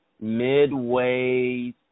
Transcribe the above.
midway